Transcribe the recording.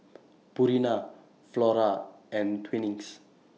Purina Flora and Twinings